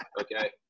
Okay